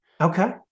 Okay